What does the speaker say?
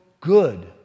good